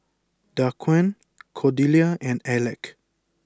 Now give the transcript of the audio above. Daquan Cordelia and Aleck